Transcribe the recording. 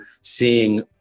seeing